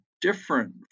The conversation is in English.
different